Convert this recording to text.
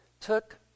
took